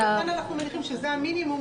ולכן אנחנו מניחים שזה המינימום,